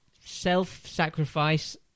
self-sacrifice